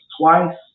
twice